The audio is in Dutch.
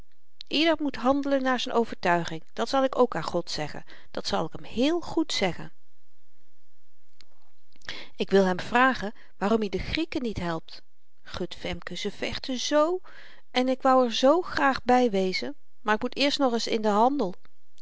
ieder moet handelen naar z'n overtuiging dàt zal ik ook aan god zeggen dat zal ik hem heel goed zeggen ik wil hem vragen waarom i de grieken niet helpt gut femke ze vechten zoo en ik wou er zoo erg graag by wezen maar ik moet eerst nogeens in den handel